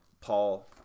Paul